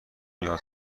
یاد